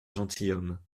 gentilhomme